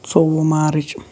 ژۄوُہ مارٕچ